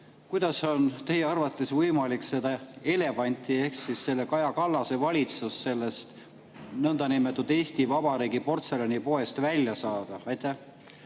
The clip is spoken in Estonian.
Kuidas on teie arvates võimalik seda elevanti ehk Kaja Kallase valitsust nõndanimetatud Eesti Vabariigi portselanipoest välja saada? Aitäh!